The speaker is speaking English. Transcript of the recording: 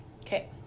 Okay